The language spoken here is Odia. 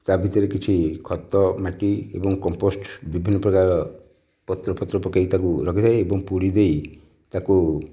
ତା ଭିତରେ କିଛି ଖତ ମାଟି ଏବଂ କମ୍ପୋଷ୍ଟ ବିଭିନ୍ନ ପ୍ରକାରର ପତ୍ର ଫତ୍ର ପକାଇକି ତାକୁ ରଖିଦେଇ ଏବଂ ପୁଡ଼ି ଦେଇ ତାକୁ